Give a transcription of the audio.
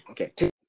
Okay